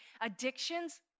Addictions